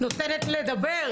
נותנת לדבר.